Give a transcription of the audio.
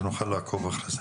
על מנת שנוכל לעקוב אחרי זה.